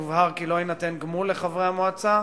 יובהר כי לא יינתן גמול לחברי המועצה,